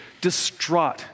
distraught